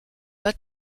pas